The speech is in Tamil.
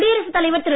குடியரசுத் தலைவர் திரு